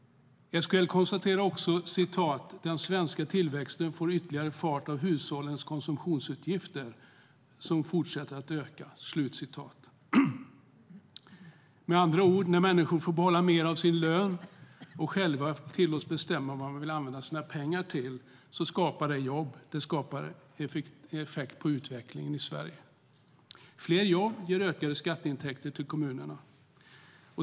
SKL konstaterar också: "Den svenska tillväxten får ytterligare fart av att hushållens konsumtionsutgifter fortsätter öka." Med andra ord: När människor får behålla mer av sin lön och själva tillåts bestämma vad de ska använda sina pengar till skapar det jobb och effekt på utvecklingen i Sverige. Fler jobb ger ökade skatteintäkter till kommunerna.